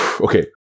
Okay